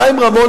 חיים רמון,